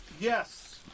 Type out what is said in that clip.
Yes